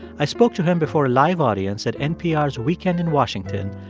i spoke to him before a live audience at npr's weekend in washington,